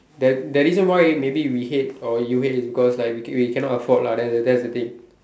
the the reason why maybe we hate or you hate is because like we we cannot afford lah that that's the thing